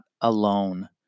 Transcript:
alone